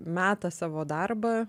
meta savo darbą